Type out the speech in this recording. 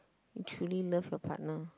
you truly love your partner